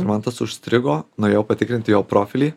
man tas užstrigo nuėjau patikrinti jo profilį